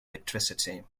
electricity